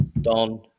Don